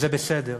זה בסדר,